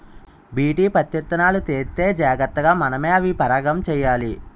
BT పత్తిత్తనాలు తెత్తే జాగ్రతగా మనమే అవి పరాగం చెయ్యాలి